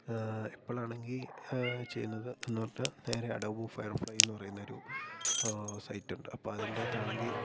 ഇപ്പോഴാണെങ്കില് ചെയ്യുന്നത് എന്നു പറഞ്ഞാല് നേരെ അഡോബ് ഫയർഫ്ലൈ എന്നു പറയുന്നൊരു സൈറ്റുണ്ട് അപ്പോള് അതിന്റകത്താണെങ്കില്